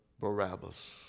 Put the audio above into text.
Barabbas